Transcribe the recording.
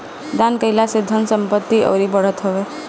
दान कईला से धन संपत्ति अउरी बढ़त ह